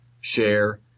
share